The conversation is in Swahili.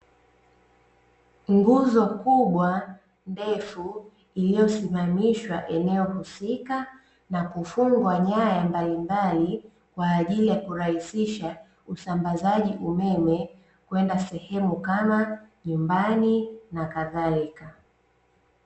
Nguzo kubwa ndefu iliyosimamishwa eneo husika, na kufungwa nyaya mbalimbali, kwa ajili ya kurahisisha usambazaji umeme kwenda sehemu kama nyumbani na kadhalika.